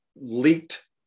Leaked